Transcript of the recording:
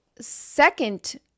second